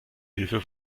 hilfe